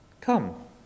come